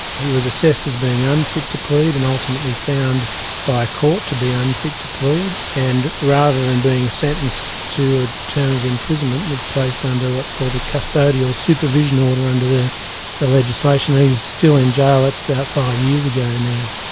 he was assessed as being unfit to plead and ultimately found by a court to be unfit to plead, and rather than being sentenced to a term of imprisonment was placed under what's called a custodial supervision order under the the legislation, and he's still in jail. that's about five years ago now.